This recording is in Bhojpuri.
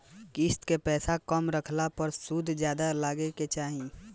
किश्त के पैसा कम रखला पर सूद जादे लाग जायी का?